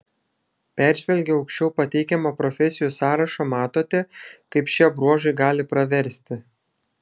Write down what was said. peržvelgę aukščiau pateikiamą profesijų sąrašą matote kaip šie bruožai gali praversti